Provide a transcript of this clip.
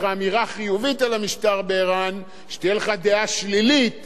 שתהיה לך דעה שלילית או דעה מאוד שלילית על המשטר באירן.